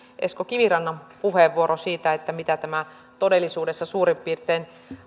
esko kivirannan puheenvuoro siitä mitä tämä todellisuudessa suurin piirtein